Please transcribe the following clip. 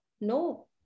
No